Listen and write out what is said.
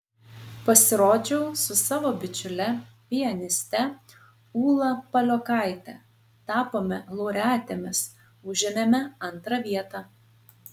pasirodžiau su savo bičiule pianiste ūla paliokaite tapome laureatėmis užėmėme antrą vietą